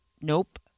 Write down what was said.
nope